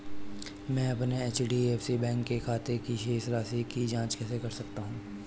मैं अपने HDFC bank के खाते की शेष राशि की जाँच कैसे कर सकता हूँ?